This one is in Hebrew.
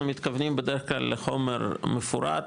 אנחנו מתכוונים בדרך כלל לחומר מפורט,